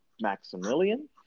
Maximilian